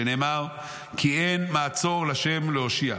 שנאמר: 'כי אין מעצור לה' להושיע'.